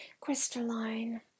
crystalline